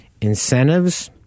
incentives